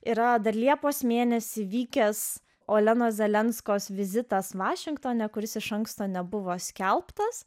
yra dar liepos mėnesį vykęs olenos zelenskos vizitas vašingtone kuris iš anksto nebuvo skelbtas